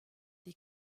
des